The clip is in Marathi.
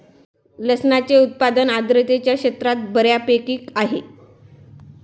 लसणाचे उत्पादन आर्द्रतेच्या क्षेत्रात बऱ्यापैकी आहे